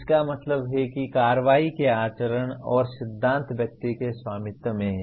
इसका मतलब है कि कार्रवाई के आचरण और सिद्धांत व्यक्ति के स्वामित्व में हैं